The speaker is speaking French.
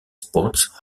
sports